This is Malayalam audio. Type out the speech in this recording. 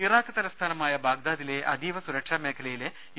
ഇറാഖ് തലസ്ഥാനമായ ബാഗ്ദാദിലെ അതീവ സുരക്ഷാ മേഖലയിലെ യു